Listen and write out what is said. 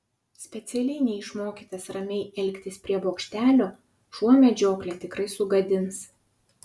specialiai neišmokytas ramiai elgtis prie bokštelio šuo medžioklę tikrai sugadins